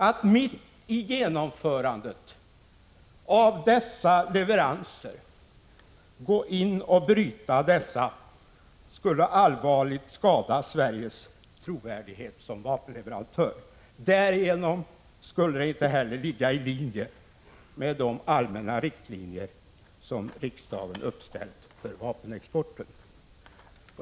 Att mitt i genomförandet av dessa leveranser gå in och bryta dessa skulle allvarligt skada Sveriges trovärdighet som vapenleveran 13 tör. Därigenom skulle det inte heller vara i enlighet med de allmänna riktlinjer som riksdagen uppställt för vapenexporten.